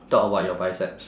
talk about your biceps